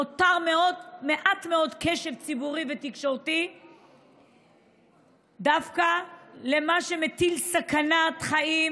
נותר מעט מאוד קשב ציבורי ותקשורתי דווקא למה שמטיל סכנת חיים